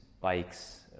bikes